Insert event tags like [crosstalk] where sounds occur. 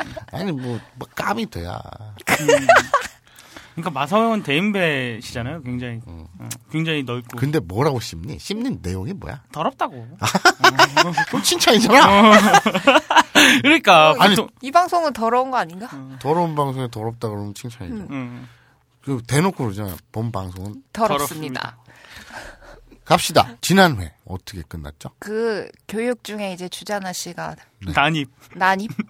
아니, 뭐, 뭐 깜이 돼야. 음. [laughs] 그러니까 마성은 대인배시잖아요, 굉장히. 음. 어, 굉장히 넓고. 근데 뭐라고 씹니? 씹는 내용이 뭐야? 더럽다고. [laughs] 어. 아, 어. 그럼 칭찬이잖아. [laughs] 그러니까 어, 아니, [laughs] 보통- 이- 이 방송은 더러운 거 아닌가? 음. 더러운 방송에 더럽다 그러면 칭찬이죠. 음. 음. 그 대놓고 그러잖아요, 본 방송은. 더럽습니다. 더럽습니다. [laughs] 갑시다. 지난 회 어떻게 끝났죠? 그 교육 중에 이제 주자나 씨가 네. 난입. 난입? [laughs]